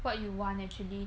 what you want actually